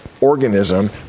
organism